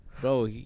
bro